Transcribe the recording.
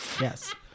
Yes